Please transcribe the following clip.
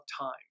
Time